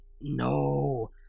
No